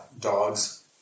dogs